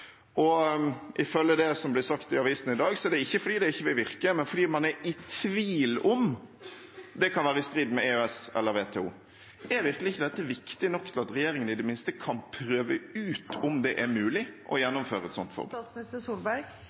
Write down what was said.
Ifølge det som blir sagt i avisene i dag, er det ikke fordi det ikke vil virke, men fordi man er i tvil om det kan være i strid med EØS eller WTO. Er virkelig ikke dette viktig nok til at regjeringen i det minste kan prøve ut om det er mulig å gjennomføre et sånt